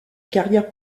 carrière